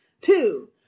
Two